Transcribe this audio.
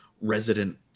resident